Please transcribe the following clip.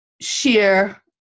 share